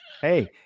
Hey